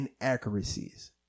inaccuracies